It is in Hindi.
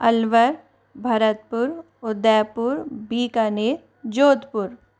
अलवर भरतपुर उदयपुर बीकानेर जोधपुर